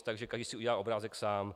Takže každý si udělal obrázek sám.